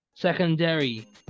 Secondary